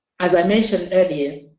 as i mentioned earlier,